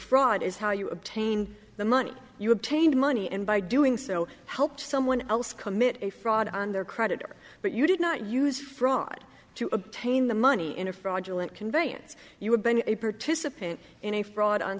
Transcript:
fraud is how you obtain the money you obtained money and by doing so help someone else commit a fraud on their creditor but you did not use fraud to obtain the money in a fraudulent conveyance you were been a participant in a fraud on